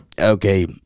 okay